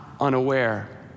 unaware